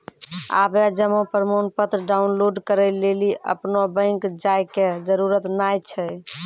आबे जमा प्रमाणपत्र डाउनलोड करै लेली अपनो बैंक जाय के जरुरत नाय छै